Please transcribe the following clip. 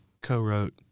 co-wrote